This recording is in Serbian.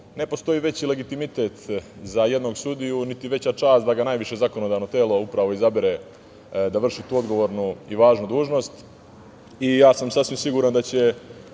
ne postoji veći legitimitet za jednog sudiju niti veća čast nego da ga najviše zakonodavno telo upravo izabere da vrši tu odgovornu i važnu dužnost. Sasvim sam siguran da će